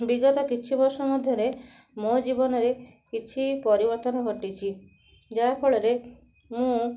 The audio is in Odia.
ବିଗତ କିଛିବର୍ଷ ମଧ୍ୟରେ ମୋ ଜୀବନରେ କିଛି ପରିବର୍ତ୍ତନ ଘଟିଛି ଯାହାଫଳରେ ମୁଁ